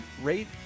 rate